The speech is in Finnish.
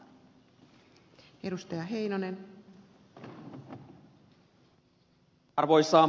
arvoisa puhemies